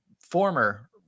former